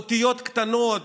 אותיות קטנות,